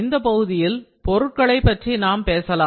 இந்த பிரிவில் இருக்கும் பொருட்களைப் பற்றி நாம் பேசலாம்